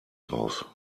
drauf